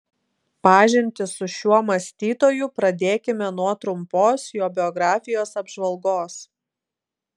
pažintį su šiuo mąstytoju pradėkime nuo trumpos jo biografijos apžvalgos